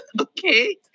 Okay